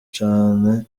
cyane